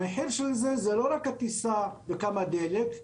המחיר של זה לא רק הטיסה וכמה הדלק,